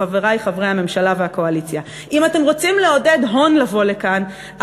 חברי חברי הממשלה והקואליציה: אם אתם רוצים לעודד הון לבוא לכאן,